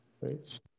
right